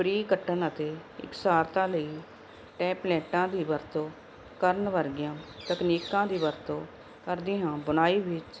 ਬਰੀਕ ਕੱਟਣ ਅਤੇ ਇਕਸਾਰਤਾ ਲਈ ਟੈਪਲੇਟਾਂ ਦੀ ਵਰਤੋਂ ਕਰਨ ਵਰਗੀਆਂ ਤਕਨੀਕਾਂ ਦੀ ਵਰਤੋਂ ਕਰਦੀ ਹਾਂ ਬੁਣਾਈ ਵਿੱਚ